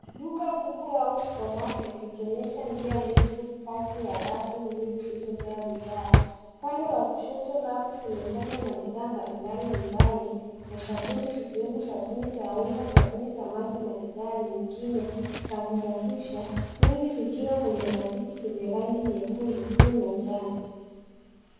Duka kubwa au supermarket ikionyesha njia ndefu kati ya rafu mbili zilizojaa bidhaa. Upande wa kushoto rafu zimejazwa na bidhaa mbalimbali nyumbani, na sabuni zikiwemo sabuni za unga, sabuni za maji, na bidhaa nyingine za kusafisha, nyingi zikiwa kwenye pakiti zenye rangi nyekundu, blue , na njano.